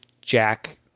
Jack